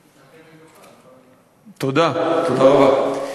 אני מחכה במיוחד, תודה, תודה רבה.